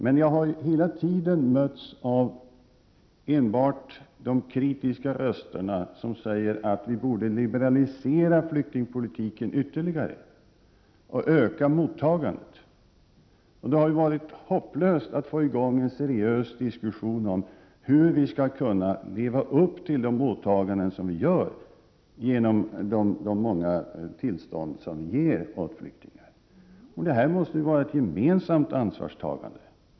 Men jag har hela tiden mötts av enbart de kritiska rösterna som säger att vi borde liberalisera flyktingpolitiken ytterligare och öka antalet flyktingar som tas emot. Det har varit hopplöst att få i gång en seriös diskussion om hur vi skall kunna leva upp till de åtaganden som vi tar på oss genom de många tillstånd som vi ger flyktingar. Detta måste vara ett gemensamt ansvarstagande.